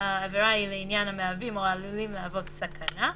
העבירה היא לעניין "המהווים או העלולים להוות סכנה".